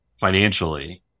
financially